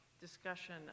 discussion